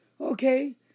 okay